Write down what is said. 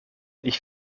ich